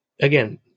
again